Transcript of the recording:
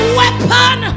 weapon